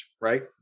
right